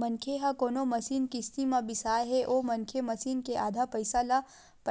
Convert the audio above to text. मनखे ह कोनो मसीन किस्ती म बिसाय हे ओ मनखे मसीन के आधा पइसा ल